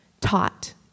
taught